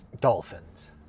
dolphins